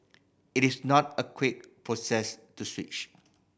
it is not a quick process to switch